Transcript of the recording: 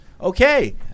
Okay